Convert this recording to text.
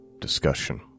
discussion